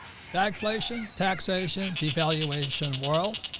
stagflation, taxation, devaluation world,